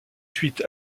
suite